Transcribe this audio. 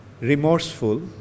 remorseful